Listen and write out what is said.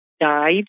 died